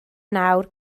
nawr